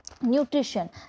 Nutrition